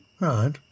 right